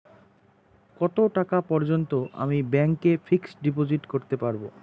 কত টাকা পর্যন্ত আমি ব্যাংক এ ফিক্সড ডিপোজিট করতে পারবো?